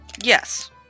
Yes